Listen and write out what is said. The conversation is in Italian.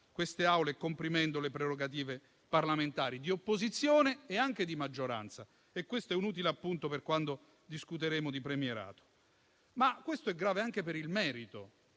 queste Assemblee e comprimendo le prerogative parlamentari di opposizione e anche di maggioranza. Questo è un utile appunto per quando discuteremo di premierato. Ciò, però, è grave anche per il merito